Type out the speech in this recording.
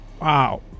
wow